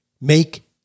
make